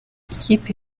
ikipe